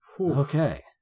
Okay